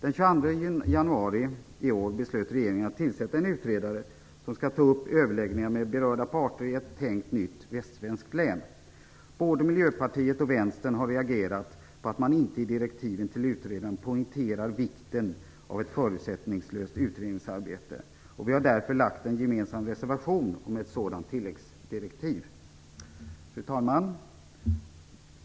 Den 22 januari i år beslöt regeringen att tillsätta en utredare som skall ta upp överläggningar med berörda parter i ett tänkt nytt västsvenskt län. Både Miljöpartiet och Vänstern har reagerat på att man inte i direktiven till utredaren poängterar vikten av ett förutsättningslöst utredningsarbete. Vi har därför gjort en gemensam reservation om ett sådant tilläggsdirektiv. Fru talman!